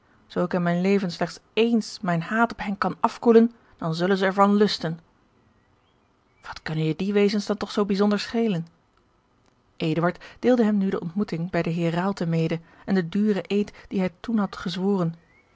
zoo ik in mijn leven slechts ééns mijn haat op hen kan afkoelen dan zullen zij er van lusten wat kunnen je die wezens dan toch zoo bijzonder schelen eduard deelde hem nu de ontmoeting bij den heer raalte mede en den duren eed dien hij toen had gezworen